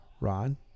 Ron